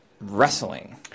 Wrestling